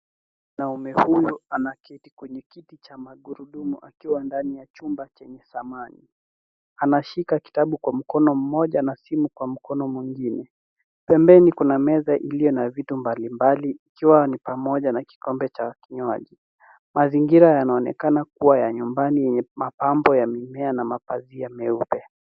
Mwanaume huyu anaketi kwenye kiti cha magurudumu, akiwa ndani ya chumba chenye samani. Anashika kitabu kwa mkono mmoja na simu kwa mkono mwingine. Pembeni kuna meza iliyo na vitu mbali mbali, ikiwa ni pamoja ya kikombe cha kinywaji. Mazingira yanaonekana kua ya nyumbani yenye mapambo ya mimea na mapazia meupe.